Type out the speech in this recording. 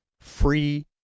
free